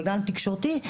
בגן תקשורתי,